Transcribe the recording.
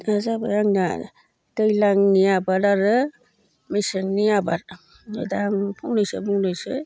जाबाय आंनिया दैज्लांनि आबाद आरो मेसेंनि आबाद ओमफ्राय दा आं फंनैसो बुंनोसै